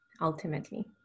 ultimately